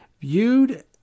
viewed